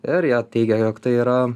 ir jie teigia jog tai yra